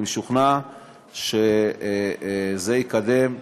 אני משוכנע שזה יקדם עכשיו,